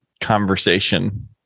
conversation